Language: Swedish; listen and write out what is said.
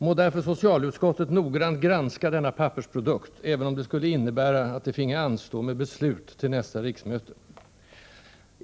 Må därför socialutskottet noggrant granska denna pappersprodukt, även om det skulle innebära att det finge anstå med beslut till nästa riksmöte.